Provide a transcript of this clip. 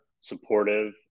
supportive